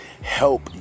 help